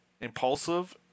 impulsive